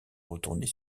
retourner